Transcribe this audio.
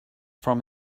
from